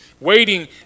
Waiting